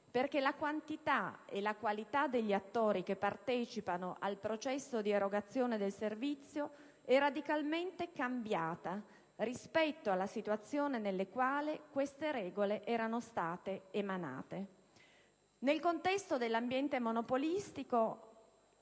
perché la quantità e la qualità degli attori che partecipano al processo di erogazione del servizio è radicalmente cambiata rispetto alla situazione nella quale queste regole erano state emanate. Nel contesto dell'ambiente monopolistico,